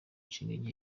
nshinga